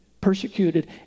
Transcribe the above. persecuted